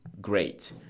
great